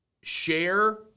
share